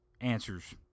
answers